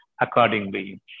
accordingly